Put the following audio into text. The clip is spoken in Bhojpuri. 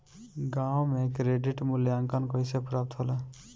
गांवों में क्रेडिट मूल्यांकन कैसे प्राप्त होला?